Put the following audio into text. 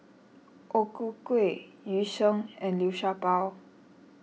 O Ku Kueh Yu Sheng and Liu Sha Bao